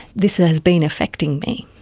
this ah has been affecting me.